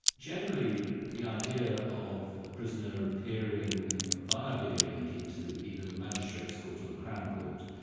generally the idea of a prisoner appearing via videolink into either the magistrate's court or the crown court,